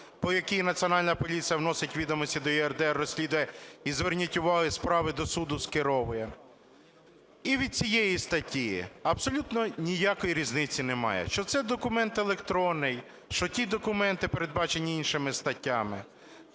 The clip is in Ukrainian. по якій Національна поліція вносить відомості до ЄРДР, розслідує, і зверніть увагу, справи до суду скеровує, і від цієї статті – абсолютно ніякої різниці немає, що це документ електронний, що ті документи, передбачені іншими статтями,